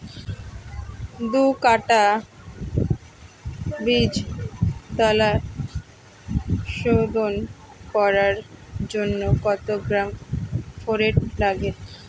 দু কাটা বীজতলা শোধন করার জন্য কত গ্রাম ফোরেট লাগে?